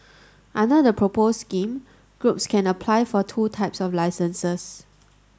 under the proposed scheme groups can apply for two types of licences